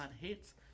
hits